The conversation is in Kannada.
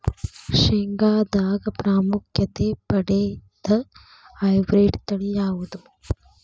ಶೇಂಗಾದಾಗ ಪ್ರಾಮುಖ್ಯತೆ ಪಡೆದ ಹೈಬ್ರಿಡ್ ತಳಿ ಯಾವುದು?